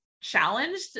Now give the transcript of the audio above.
challenged